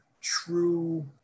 true